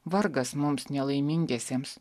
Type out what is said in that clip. vargas mums nelaimingiesiems